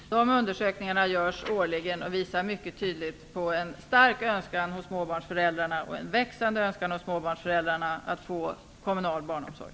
Fru talman! Sådana undersökningar görs årligen, och de visar mycket tydligt på en både stark och växande önskan hos småbarnsföräldrarna att få kommunal barnomsorg.